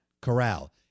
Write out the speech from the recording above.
Corral